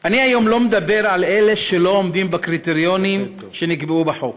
אני היום לא מדבר על אלה שלא עומדים בקריטריונים שנקבעו בחוק.